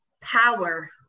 power